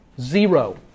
Zero